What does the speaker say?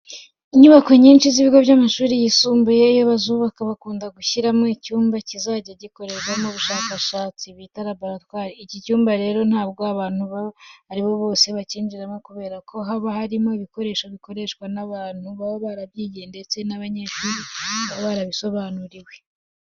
Inyubako nyinshi z'ibigo by'amashuri yisumbuye iyo bazubaka bakunda gushyiramo icyumba kizajya gikorerwamo ubushakashatsi bita laboratwari. Iki cyumba rero ntabwo abantu abo ari bo bose bakinjiramo kubera ko haba harimo ibikoresho bikoreshwa n'abantu baba barabyigiye ndetse n'abanyeshuri baba babisobanuriwe.